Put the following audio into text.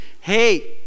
hey